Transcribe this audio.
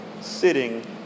sitting